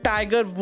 Tiger